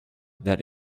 that